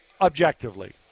objectively